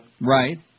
Right